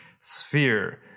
sphere